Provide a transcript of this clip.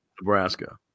Nebraska